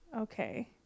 Okay